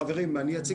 חברים, אני אציג